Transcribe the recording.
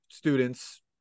students